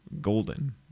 golden